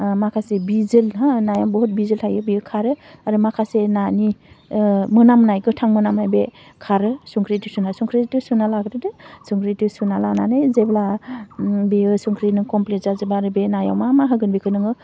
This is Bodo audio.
माखासे बिजोल हो नाया बुहुत बिजोल थायो बेयो खारो आरो माखासे नानि मोनामनाय गोथां मोनामो बे खारो संख्रिजों सुना संख्रिजों सुना लाग्रोदो संख्रिजों सुना लानानै जेब्ला बेयो संख्रिनो कमप्लिट जाजोबबा बे नायाव मा मा होगोन बेखौ नोङो